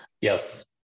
Yes